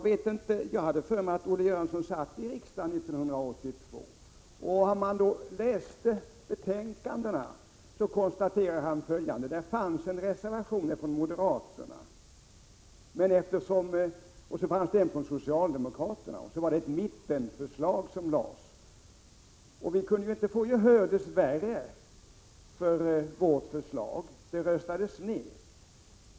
Men jag har för mig att Olle Göransson satt i riksdagen då, och om han läste betänkandena kunde han konstatera att det fanns en reservation från moderaterna och en från socialdemokraterna och att det var ett mittenförslag som lades fram. Vi kunde dess värre inte få gehör för vårt förslag. Det röstades ned.